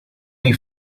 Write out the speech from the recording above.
may